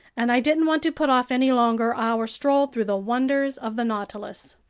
and i didn't want to put off any longer our stroll through the wonders of the nautilus.